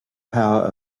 power